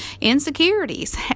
insecurities